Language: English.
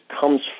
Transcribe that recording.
comes